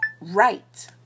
right